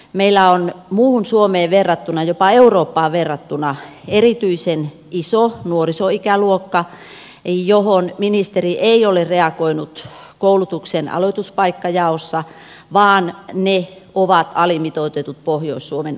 meillä on muuhun suomeen verrattuna jopa eurooppaan verrattuna erityisen iso nuorisoikäluokka johon ministeri ei ole reagoinut koulutuksen aloituspaikkajaossa vaan paikat ovat alimitoitetut pohjois suomen osalta